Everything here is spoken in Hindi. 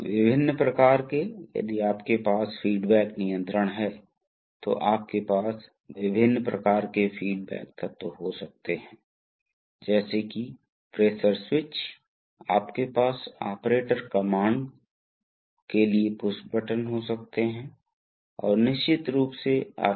एक विशिष्ट आनुपातिक वाल्व में ये तत्व होंगे इसलिए यह एक नियंत्रण वोल्टेज द्वारा संचालित होता है जिसे मैन्युअल रूप से दिया जा सकता है या जो कंप्यूटर से आ सकता है फिर आमतौर पर इलेक्ट्रॉनिक सर्किट का एक सेट होता है जो विभिन्न प्रकार के काम करता है जो फ़िल्टरिंग करते हैं जो प्रवर्धन करेंगे जो कर सकते हैं कभी कभी अगर इसका हिस्सा डिजिटल है तो वे डिजिटल से एनालॉग रूपांतरण करेंगे और वहाँ कर सकते हैं एक मुख्य बात यह है कि इसमें कुछ शक्ति जोड़ना चाहिए